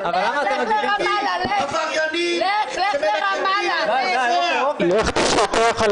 נמנעים, אין הצעת יושב-ראש ועדת חינוך